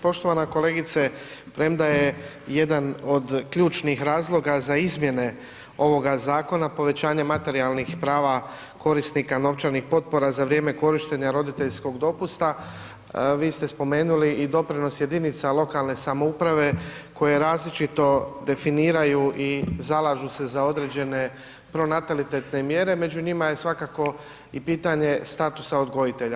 Poštovana kolegice, premda je jedan od ključnih razloga za izmjene ovoga zakona povećanje materijalnih prava korisnika novčanih potpora za vrijeme korištenja roditeljskog dopusta, vi ste spomenuli i doprinos jedinica lokalne samouprave koje različito definiraju i zalažu se za određene pronatalitetne mjere, među njima je svakako i pitanje statusa odgojitelja.